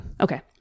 Okay